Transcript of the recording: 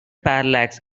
parallax